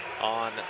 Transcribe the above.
on